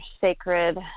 sacred